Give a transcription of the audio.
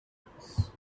moments